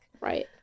Right